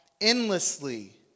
endlessly